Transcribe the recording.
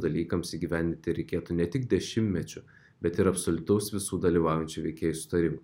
dalykams įgyvendinti reikėtų ne tik dešimtmečių bet ir absoliutaus visų dalyvaujančių veikėjų sutarimo